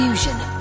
Fusion